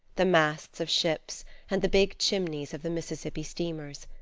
the masts of ships and the big chimneys of the mississippi steamers.